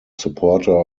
supporter